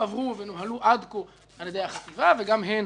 שהועברו ונוהלו עד כה על ידי החטיבה, וגם הן,